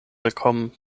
willkommen